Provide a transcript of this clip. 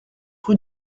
rue